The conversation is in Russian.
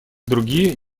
другие